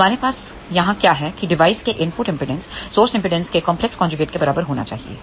तो हमारे पास यहां क्या है कि डिवाइस के इनपुट इंपेडेंस स्रोत इंपेडेंस के कॉन्प्लेक्स कन्ज्यूगेट के बराबर होना चाहिए